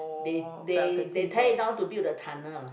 they they they type it out to build the tunnel lah